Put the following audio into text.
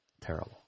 Terrible